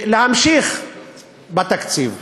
להמשיך בתקציב.